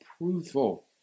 approval